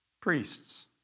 priests